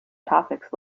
topics